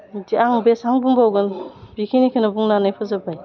बिदि आं बेसां बुंबावगोन बिखिनिखौनो बुंनानै फोजोब्बाय